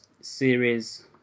series